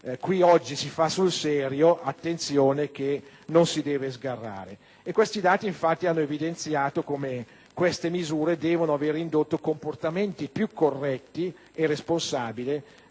che oggi si fa sul serio e che non si deve sgarrare. Questi dati, infatti, hanno evidenziato come queste misure devono aver indotto comportamenti più corretti e responsabili